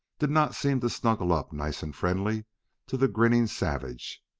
did not seem to snuggle up nice and friendly to the grinning savage.